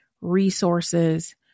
resources